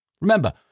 Remember